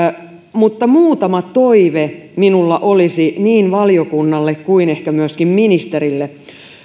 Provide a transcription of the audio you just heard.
mutta muutama toive minulla olisi niin valiokunnalle kuin ehkä myöskin ministerille